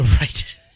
right